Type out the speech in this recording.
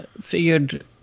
figured